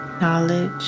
knowledge